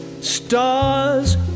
Stars